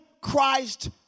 Christ